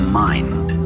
mind